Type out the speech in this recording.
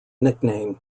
nickname